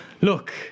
Look